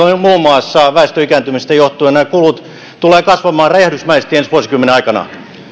muun muassa väestön ikääntymisestä johtuen nämä kulut tulevat kasvamaan räjähdysmäisesti ensi vuosikymmenen aikana